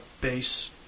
base